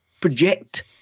Project